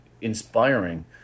inspiring